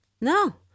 No